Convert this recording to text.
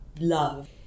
love